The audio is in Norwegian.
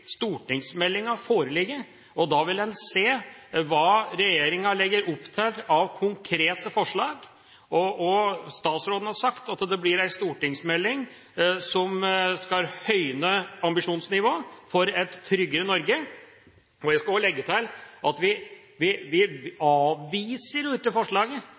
stortingsmeldinga foreligge, og da vil en se hva regjeringa legger opp til av konkrete forslag. Statsråden har sagt at det blir en stortingsmelding som skal høyne ambisjonsnivået for et tryggere Norge. Jeg skal også legge til at vi avviser jo ikke forslaget – vi